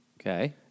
Okay